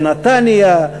בנתניה,